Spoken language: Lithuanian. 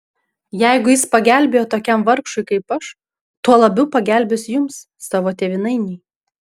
jeigu jis pagelbėjo tokiam vargšui kaip aš tuo labiau pagelbės jums savo tėvynainiui